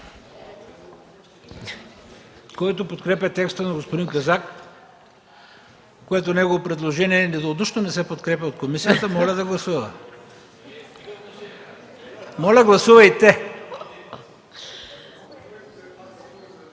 Който подкрепя текста на господин Казак, което негово предложение единодушно не се подкрепя от комисията, моля да гласува. Моля гласувайте.